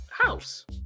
house